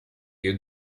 you